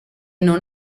non